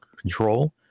control